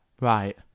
Right